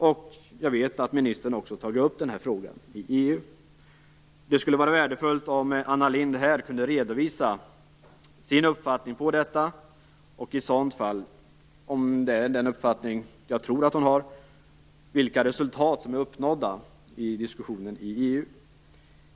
Jag vet att ministern också tagit upp frågan i EU. Det skulle vara värdefullt om Anna Lindh här kunde redovisa sin uppfattning om detta och, om hon har den uppfattning som jag tror att hon har, redovisa vilka resultat som är uppnådda i diskussionen i EU.